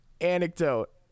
anecdote